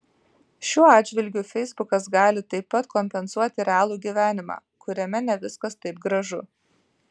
šiuo atžvilgiu feisbukas gali taip pat kompensuoti realų gyvenimą kuriame ne viskas taip gražu